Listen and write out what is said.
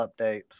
updates